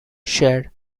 shared